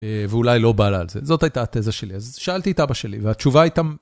ואולי לא בא לה על זה, זאת הייתה התזה שלי, אז שאלתי את אבא שלי והתשובה הייתה...